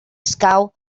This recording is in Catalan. escau